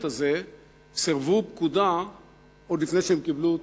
הזה סירבו פקודה עוד לפני שהם קיבלו אותה.